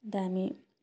अन्त हामी